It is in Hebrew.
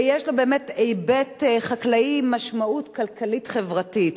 ויש לו באמת היבט חקלאי עם משמעות כלכלית-חברתית.